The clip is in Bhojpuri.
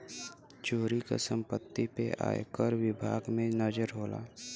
चोरी क सम्पति पे आयकर विभाग के नजर होला